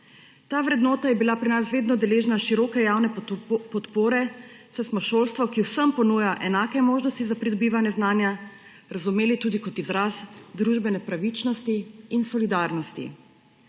Ta vrednota je bila pri nas vedno deležna široke javne podpore, saj smo šolstvo, ki vsem ponuja enake možnosti za pridobivanje znanja, razumeli tudi kot izraz družbene pravičnosti in solidarnosti.